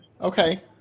okay